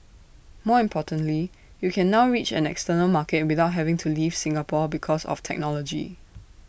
more importantly you can now reach an external market without having to leave Singapore because of technology